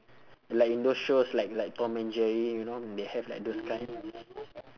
like in those shows like like tom and jerry you know they have like those kind